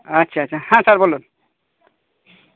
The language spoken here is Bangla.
আচ্ছা আচ্ছা হ্যাঁ স্যার বলুন